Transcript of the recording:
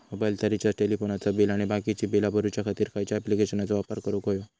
मोबाईलाचा रिचार्ज टेलिफोनाचा बिल आणि बाकीची बिला भरूच्या खातीर खयच्या ॲप्लिकेशनाचो वापर करूक होयो?